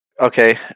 Okay